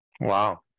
wow